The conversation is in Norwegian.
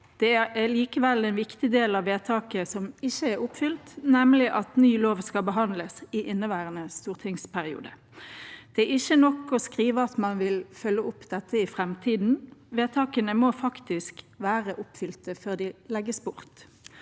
Det er likevel en viktig del av vedtaket som ikke er oppfylt, nemlig at ny lov skal behandles i inneværende stortingsperiode. Det er ikke nok å skrive at man vil følge opp dette i framtiden; vedtakene må faktisk være oppfylt før de legges bort.